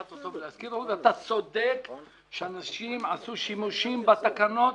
תה צודק שאנשים עשו שימושים בתקנות